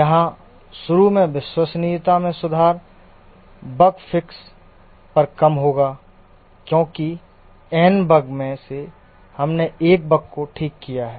यहाँ शुरू में विश्वसनीयता में सुधार बग फिक्स पर कम होगा क्योंकि n बग में से हमने एक बग को ठीक किया था